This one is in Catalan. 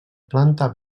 planta